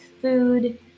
food